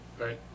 Right